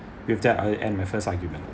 with that I'll end my first argument